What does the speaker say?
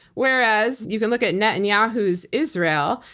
whereas you can look at netanyahu's israel,